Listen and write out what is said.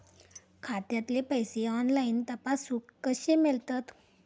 खात्यातले पैसे ऑनलाइन तपासुक कशे मेलतत?